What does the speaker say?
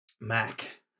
Mac